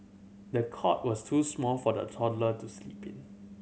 the cot was too small for the toddler to sleep in